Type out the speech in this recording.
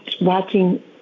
watching